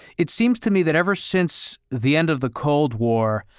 it seems to me that ever since the end of the cold war,